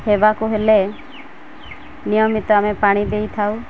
ହେବାକୁ ହେଲେ ନିୟମିତ ଆମେ ପାଣି ଦେଇଥାଉ